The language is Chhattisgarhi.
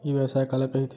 ई व्यवसाय काला कहिथे?